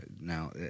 Now